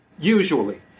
Usually